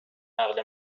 نقل